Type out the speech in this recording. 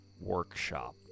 workshop